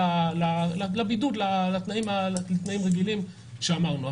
לתנאים הרגילים שאמרנו.